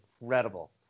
incredible